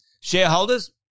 Shareholders